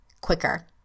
quicker